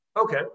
Okay